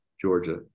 Georgia